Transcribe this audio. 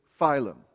phylum